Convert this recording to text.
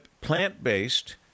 plant-based